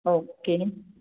okay